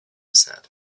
said